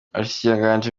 abashikiranganji